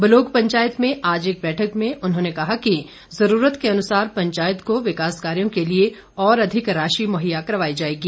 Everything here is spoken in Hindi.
बलोग पंचायत में आज एक बैठक में उन्होंने कहा कि जरूरत के अनुसार पंचायत को विकास कार्यों के लिए और अधिक राशि मुहैया करवाई जाएगी